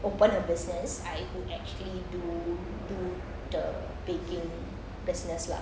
open a business I would actually do do the baking business lah